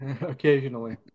Occasionally